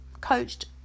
coached